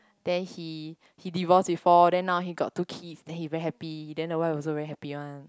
then he he divorced before then now he got two kids then he very happy then the wife also very happy one